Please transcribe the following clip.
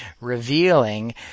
revealing